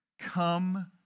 Come